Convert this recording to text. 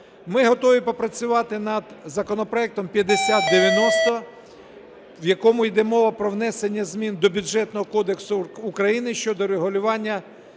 Ми готові попрацювати над законопроектом 5090, в якому йде мова про внесення змін до Бюджетного кодексу України щодо регулювання